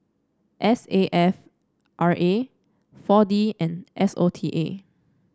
S A F R A four D and S O T A